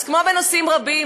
אז כמו בנושאים רבים,